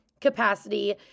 capacity